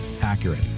accurate